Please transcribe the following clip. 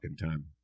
time